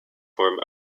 form